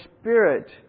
Spirit